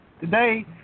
today